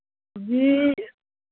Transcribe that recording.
जी